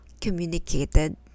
communicated